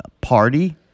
party